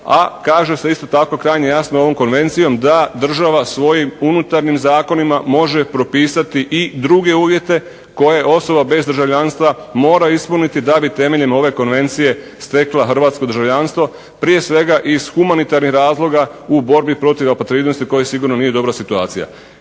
a kaže se isto tako krajnje jasno ovom konvencijom da država svojim unutarnjim zakonima može propisati i druge uvjete koje osoba bez državljanstva mora ispuniti da bi temeljem ove Konvencije stekla hrvatsko državljanstvo, prije svega iz humanitarnih razloga u borbi protiv apatridnost koje sigurno nije dobra situacija.